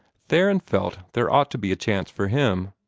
theron felt there ought to be a chance for him.